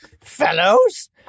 fellows